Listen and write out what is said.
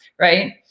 right